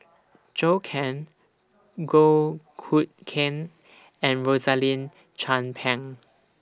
Zhou Can Goh Hood Keng and Rosaline Chan Pang